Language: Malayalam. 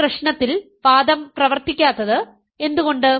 ഈ പ്രശ്നത്തിൽ വാദം പ്രവർത്തിക്കാത്തത് എന്തുകൊണ്ട്